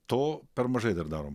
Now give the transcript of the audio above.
to per mažai dar darom